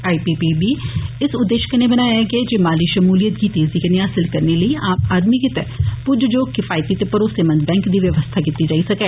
आई P P इस उद्देश्य कन्नै बनाया गेआ ऐ जे माली शमूलियत गी तेजी कन्नै हासल करने लेई आम आदमी गितै पुज्ज जोग हिफायती ते भरोसेमंद बैंक दी व्यवस्था कीती जाई सकै